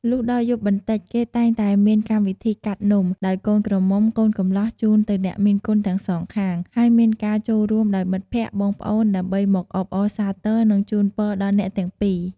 លុះដល់យប់បន្តិច គេតែងតែមានកម្មវិធីកាត់នំដោយកូនក្រមុំកូនកំលោះជូនទៅអ្នកមានគុណទាំងសងខាង ហើយមានការចូលរួមដោយមិត្តភក្តិ បងប្អូនដើម្បីមកអបអរសាទរនិងជូនពរដល់អ្នកទាំងពីរ។